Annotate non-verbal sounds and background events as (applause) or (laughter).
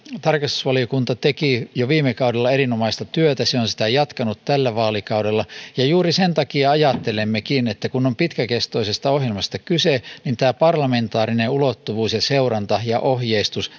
tarkastusvaliokunta teki jo viime kaudella erinomaista työtä ja se on sitä jatkanut tällä vaalikaudella juuri sen takia ajattelemmekin että kun on pitkäkestoisesta ohjelmasta kyse niin tämä parlamentaarinen ulottuvuus seuranta ja ohjeistus (unintelligible)